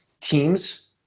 teams